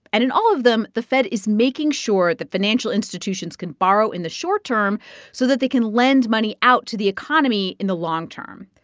and in all of them, the fed is making sure that financial institutions can borrow in the short term so that they can lend money out to the economy in the long term.